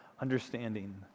understanding